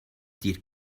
dir